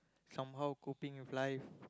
somehow coping with life